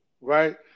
right